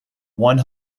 one